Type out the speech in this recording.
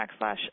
backslash